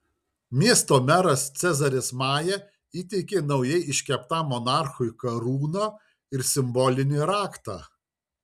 miesto meras cezaris maja įteikė naujai iškeptam monarchui karūną ir simbolinį raktą